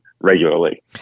regularly